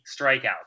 strikeouts